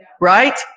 Right